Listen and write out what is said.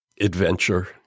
adventure